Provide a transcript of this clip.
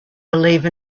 believe